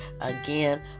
again